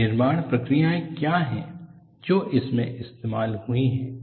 निर्माण प्रक्रियाएं क्या हैं जो इसमें इस्तेमाल हुई हैं